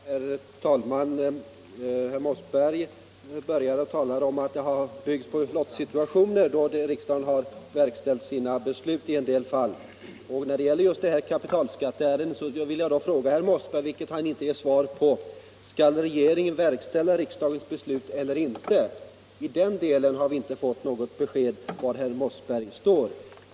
Herr talman! Herr Mossberg började med att tala om att riksdagens beslut i en del fall har byggt på lottsituationer. Just när det gäller kapitalskatteärendet vill jag fråga herr Mossberg, vilket han inte svarat på: Skall regeringen verkställa riksdagens beslut eller inte? I den delen har vi inte fått något besked om var herr Mossberg står.